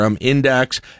index